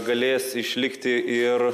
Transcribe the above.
galės išlikti ir